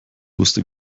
wusste